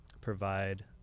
provide